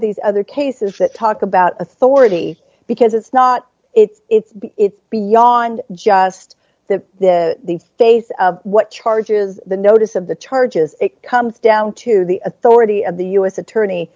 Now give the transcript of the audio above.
these other cases that talk about authority because it's not it's it's it's beyond just the the the face of what charges the notice of the charges it comes down to the authority of the u s attorney